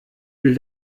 will